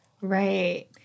Right